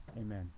Amen